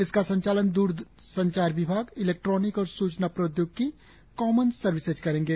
इसका संचालन द्र संचार विभाग इलेक्ट्रॉनिक और सूचना प्रौद्योगिकी कामन सेवा सर्विसेस करेंगे